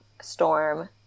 Storm